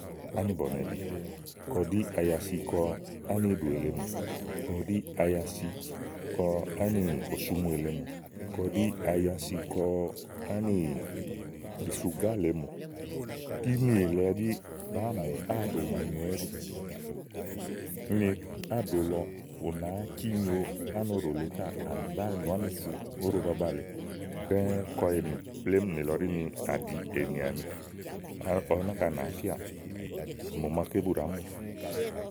ánìbɔ̀nɛ̀bi, kɔ ɖi ayisi kɔ ánìɖòè lèe mò, kɔ ɖí ayasi kɔ ánò sumu èle mò, kɔ ɖí ayasi kɔ ánìsugàá lèe mò, kínì èle ɛɖí bàáa mù áàɖo màa nyowɛ ɛ́ɖì. úni áàɖo lɔ ù nàáá cí nyo ánòɖo lèe káà mò bàáa nú ánùfu óɖo baba lèe ɖɛ́ɛ́ kɔ únì plémú, nìlɔ ɖí ní àɖì ènì áni ɔwɔ náka nàáá fíàà mò màaké bu ɖàá mu.